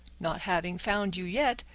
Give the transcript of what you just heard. not having found you yet,